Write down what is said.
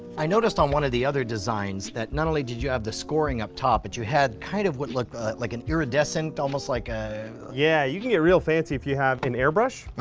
i noticed on one of the other designs that not only did you have the scoring up top, but you had kind of what looked like an iridescent almost like bill ah yeah, you can get real fancy if you have an airbrush,